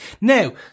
Now